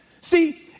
See